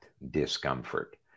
discomfort